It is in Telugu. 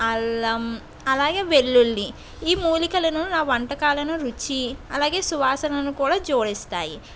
అల్లం అలాగే వెల్లుల్లి ఈ మూలికలను నా వంటకాలను రుచి అలాగే సువాసనను కూడా జోడిస్తాయి అవి